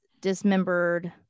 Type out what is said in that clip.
dismembered